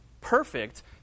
perfect